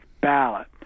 ballot